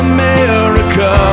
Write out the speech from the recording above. America